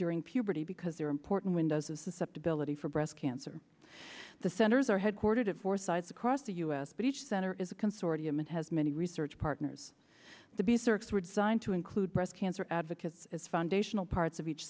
during puberty because they're important windows of susceptibility for breast cancer the centers are headquartered at four sites across the u s but each center is a consortium and has many research partners to be circs were designed to include breast cancer advocates as foundational parts of each